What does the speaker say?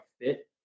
fit